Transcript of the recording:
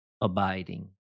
abiding